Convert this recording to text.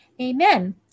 Amen